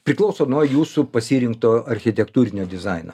priklauso nuo jūsų pasirinkto architektūrinio dizaino